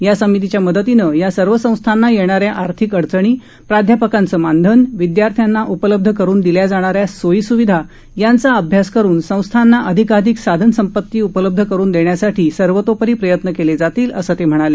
या समितीच्या मदतीनं या सर्व संस्थांना येणाऱ्या आर्थिक अडचणी प्राध्यापकांचं मानधन विदयार्थ्यांना उपलब्ध करून दिल्या जाणाऱ्या सोयी सुविधा यांचा अभ्यास करून संस्थांना अधिकाधिक साधनसंपती उपलब्ध करून देण्यासाठी सर्वतोपरी प्रयत्न केले जातील असं ते म्हणाले